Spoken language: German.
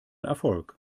erfolg